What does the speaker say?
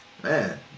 Man